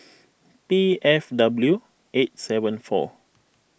B F W eight seven four